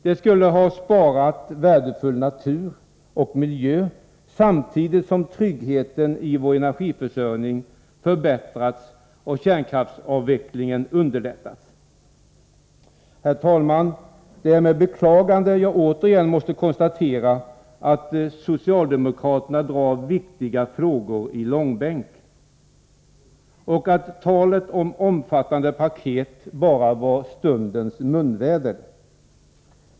Det skulle ha sparat värdefull natur och miljö samtidigt som tryggheten i vår energiförsörjning förbättrats och kärnkraftsavvecklingen underlättats. Herr talman! Det är med beklagande jag återigen måste konstatera att socialdemokraterna drar viktiga frågor i långbänk och att talet om omfattande paket bara var stundens munväder.